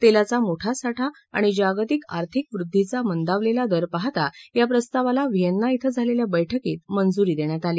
तेलाचा मोठा साठा आणि जागतिक आर्थिक वृद्धी चा मंदावलेला दर पहाता या प्रस्तावाला व्हिएन्ना श्वे झालेल्या बैठकीत मंजुरी देण्यात आली